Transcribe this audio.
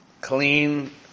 clean